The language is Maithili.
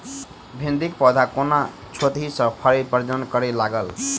भिंडीक पौधा कोना छोटहि सँ फरय प्रजनन करै लागत?